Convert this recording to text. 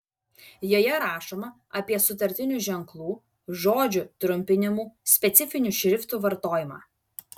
joje rašoma apie sutartinių ženklų žodžių trumpinimų specifinių šriftų vartojimą